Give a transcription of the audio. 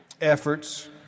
Efforts